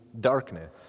darkness